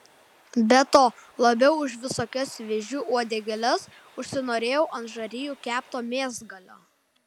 be to labiau už visokias vėžių uodegėles užsinorėjau ant žarijų kepto mėsgalio